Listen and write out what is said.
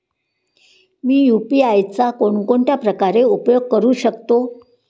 मी UPI चा कोणकोणत्या प्रकारे उपयोग करू शकतो?